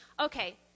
okay